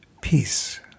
peace